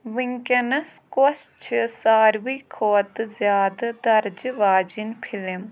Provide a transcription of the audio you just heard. وٕنۍکٮ۪نَس کۄس چھِ ساروٕے کھۄتہٕ زیادٕ درجہٕ واجنۍ فِلم